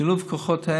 שילוב כוחות,